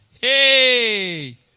Hey